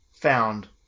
found